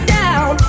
down